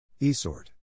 Esort